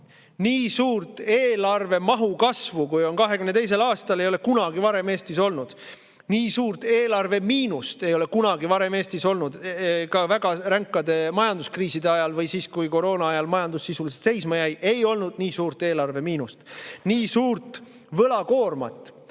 Nii suurt eelarvemahu kasvu, kui on 2022. aastal, ei ole kunagi varem Eestis olnud. Nii suurt eelarvemiinust ei ole kunagi varem Eestis olnud. Ka väga ränkade majanduskriiside ajal ja siis, kui koroonaajal majandus sisuliselt seisma jäi, ei olnud nii suurt eelarvemiinust. Nii suurt võlakoormat,